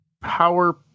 power